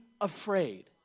afraid